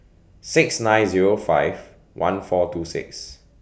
six nine Zero five one four two six